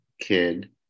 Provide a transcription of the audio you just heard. kid